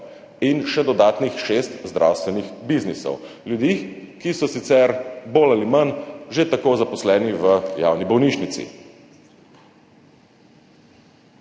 in še dodatnih šest zdravstvenih biznisov ljudi, ki so sicer bolj ali manj že tako zaposleni v javni bolnišnici.